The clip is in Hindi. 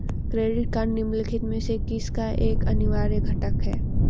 क्रेडिट कार्ड निम्नलिखित में से किसका एक अनिवार्य घटक है?